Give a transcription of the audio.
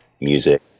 music